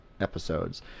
episodes